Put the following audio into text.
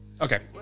Okay